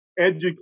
educate